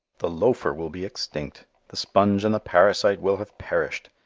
the loafer will be extinct. the sponge and the parasite will have perished.